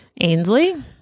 Ainsley